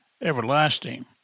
everlasting